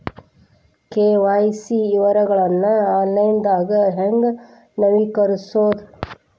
KYC ವಿವರಗಳನ್ನ ಆನ್ಲೈನ್ಯಾಗ ಹೆಂಗ ನವೇಕರಿಸೋದ